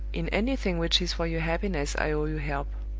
in anything which is for your happiness i owe you help.